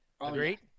Agreed